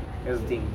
that's thing